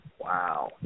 Wow